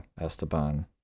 Esteban